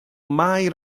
mai